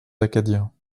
acadiens